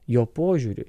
jo požiūriui